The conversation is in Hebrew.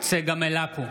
צגה מלקו,